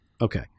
okay